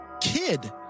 kid